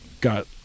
got